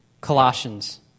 Colossians